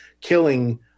killing